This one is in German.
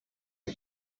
der